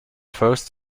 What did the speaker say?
first